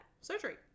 surgery